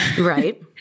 Right